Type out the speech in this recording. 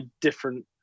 different